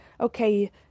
Okay